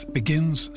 begins